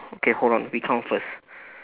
okay hold on we count first